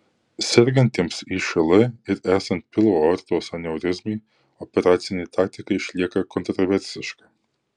sergantiems išl ir esant pilvo aortos aneurizmai operacinė taktika išlieka kontraversiška